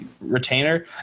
retainer